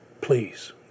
please